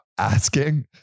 asking